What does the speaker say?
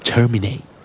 Terminate